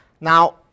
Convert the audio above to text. Now